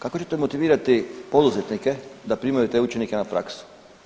Kako ćete motivirati poduzetnike da primaju te učenike na praksu?